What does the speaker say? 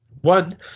One